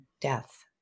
death